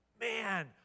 Man